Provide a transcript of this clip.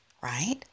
right